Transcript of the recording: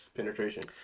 penetration